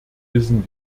wissen